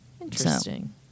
Interesting